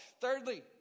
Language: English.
thirdly